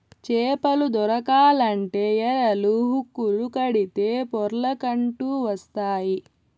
చేపలు దొరకాలంటే ఎరలు, హుక్కులు కడితే పొర్లకంటూ వస్తాయి